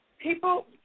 people